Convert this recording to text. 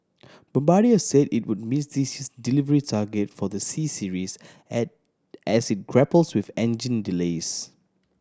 Bombardier say it would miss this delivery target for the C Series as it grapples with engine delays